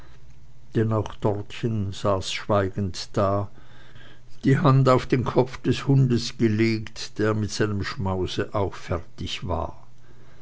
denn auch dortchen saß schweigend da die hand auf den kopf des hundes gelegt der mit seinem schmause auch fertig war